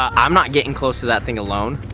um i'm not getting close to that thing alone.